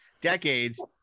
decades